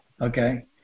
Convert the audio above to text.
Okay